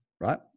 right